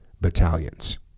battalions